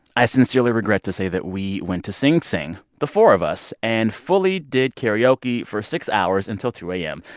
i sincerely regret to say that we went to sing sing the four of us and fully did karaoke for six hours until two a m.